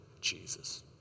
Jesus